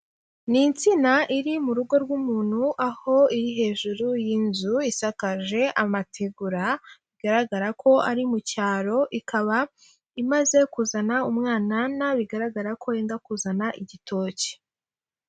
Ni insina iri mu rugo rw'umuntu aho iri hejuru y'inzu isakaje amategura, bigaragara ko ari mu cyaro, ikaba imaze kuzana umwanana, bigaragara ko yenda kuzana igitoki.